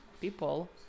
people